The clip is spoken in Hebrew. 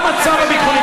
שר החינוך של מדינת ישראל,